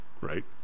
right